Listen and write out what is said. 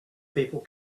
people